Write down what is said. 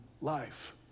life